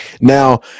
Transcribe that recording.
Now